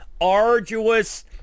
arduous